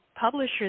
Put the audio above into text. publishers